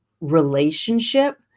relationship